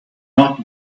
not